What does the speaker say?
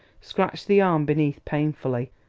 scratched the arm beneath painfully,